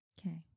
Okay